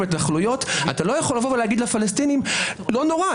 להתנחלויות אתה לא יכול לומר לפלסטינים: לא נורא,